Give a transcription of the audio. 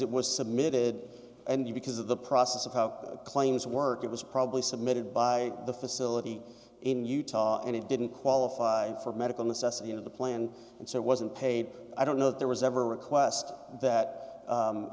it was submitted and because of the process of how the claims work it was probably submitted by the facility in utah and it didn't qualify for medical necessity into the plan and so it wasn't paid i don't know that there was ever a request that